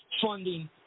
funding